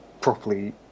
properly